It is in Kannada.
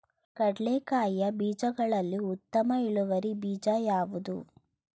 ಕಡ್ಲೆಕಾಯಿಯ ಬೀಜಗಳಲ್ಲಿ ಉತ್ತಮ ಇಳುವರಿ ಬೀಜ ಯಾವುದು?